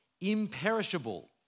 imperishable